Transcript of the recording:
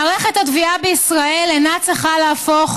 מערכת התביעה בישראל אינה צריכה להפוך